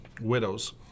widows